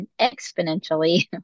exponentially